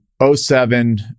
07